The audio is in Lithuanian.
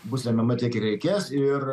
bus remiama tiek kiek reikės ir